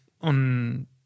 on